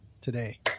today